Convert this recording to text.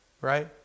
right